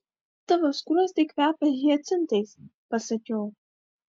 tavo skruostai kvepia hiacintais pasakiau